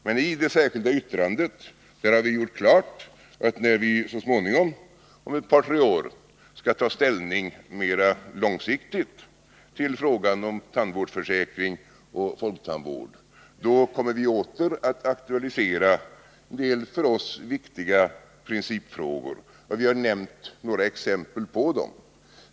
Men i det särskilda yttrandet har vi gjort klart att när vi så småningom, om ett par tre år, skall ta ställning mer långsiktigt till frågan om tandvårdsförsäkring och folktandvård kommer vi åter att aktualisera en del för oss viktiga principfrågor. Vi har nämnt några exempel på sådana.